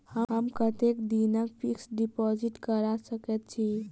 हम कतेक दिनक फिक्स्ड डिपोजिट करा सकैत छी?